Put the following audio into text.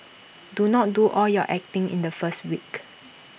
do not do all your acting in the first week